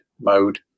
mode